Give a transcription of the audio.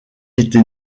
été